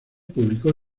publicó